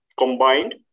Combined